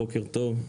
בוקר טוב.